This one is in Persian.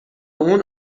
اون